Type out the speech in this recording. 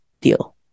deal